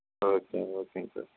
okay ஓகேங் sir